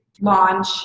launch